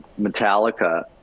Metallica